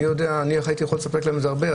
אני הייתי יכול לספק להם את זה הרבה.